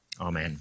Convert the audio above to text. amen